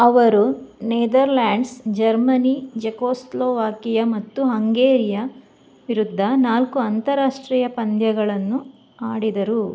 ಅವರು Netherlands Germany Czechoslovakia ಮತ್ತು ಹಂಗೇರಿಯ ವಿರುದ್ಧ ನಾಲ್ಕು ಅಂತಾರಾಷ್ಟ್ರೀಯ ಪಂದ್ಯಗಳನ್ನು ಆಡಿದರು